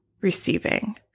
receiving